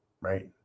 right